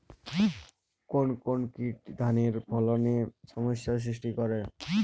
কোন কোন কীট ধানের ফলনে সমস্যা সৃষ্টি করে?